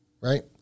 Right